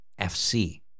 FC